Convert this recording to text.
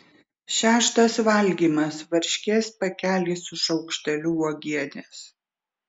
šeštas valgymas varškės pakelis su šaukšteliu uogienės